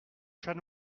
chat